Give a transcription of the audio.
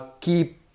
keep